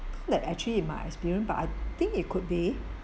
that actually in my experience but I think it could be